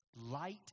light